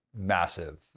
massive